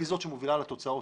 היא זאת שמובילה לתוצאות.